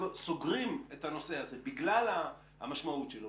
סוגרים את הנושא הזה בגלל המשמעות שלו.